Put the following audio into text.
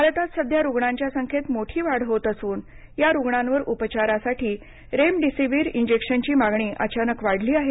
भारतात सध्या रुग्णांच्या संख्येत मोठी वाढ होत असून या रुग्णांवर उपचारासाठी रेमडिसीवीर इंजेक्शनची मागणी अचानक वाढली आहे